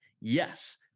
yes